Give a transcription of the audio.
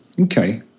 Okay